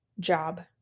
job